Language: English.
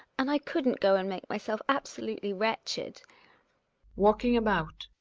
and i couldn't go and make myself absolutely wretched walking about.